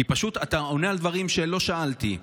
כי פשוט אתה עונה על דברים שלא שאלתי.